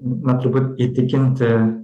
na turbūt įtikinti